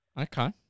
Okay